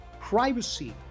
privacy